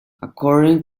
according